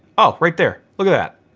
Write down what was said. oh right there. look at that.